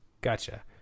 gotcha